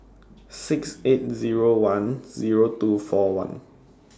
six eight Zero one Zero two four one